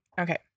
Okay